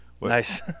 Nice